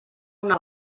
una